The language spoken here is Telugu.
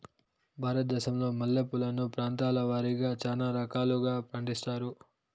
భారతదేశంలో మల్లె పూలను ప్రాంతాల వారిగా చానా రకాలను పండిస్తారు